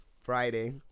Friday